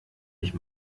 mich